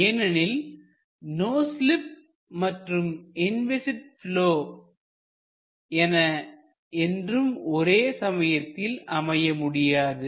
ஏனெனில் no sleep மற்றும் இன்விஸிட் ப்லொ என என்றும் ஒரே சமயத்தில் அமைய முடியாது